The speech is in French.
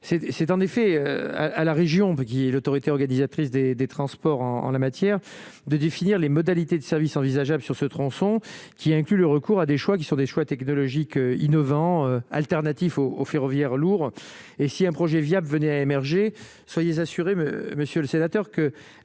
c'est en effet à la région qui est l'autorité organisatrice des des transports en en la matière, de définir les modalités de service envisageables sur ce tronçon qui inclut le recours à des choix qui sont des choix technologiques innovants alternatif au au ferroviaire lourd et si un projet viable venaient à émerger, soyez assuré, monsieur le sénateur, que